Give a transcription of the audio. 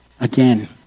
again